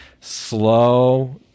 Slow